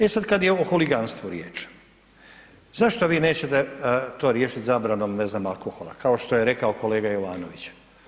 E sada kada je o huliganstvu riječ, zašto vi nećete riješiti zabranom, ne znam, alkohola kao što je rekao kolega Jovanović?